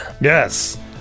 Yes